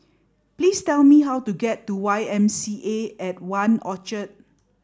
please tell me how to get to Y M C A at One Orchard